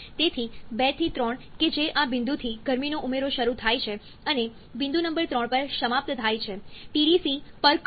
તેથી 2 થી 3 કે જે આ બિંદુથી ગરમીનો ઉમેરો શરૂ થાય છે અને બિંદુ નંબર 3 પર સમાપ્ત થાય છે TDC પર કદ સ્થિર રહે છે